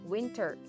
Winter